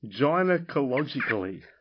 gynecologically